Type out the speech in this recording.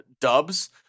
dubs